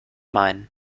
meinen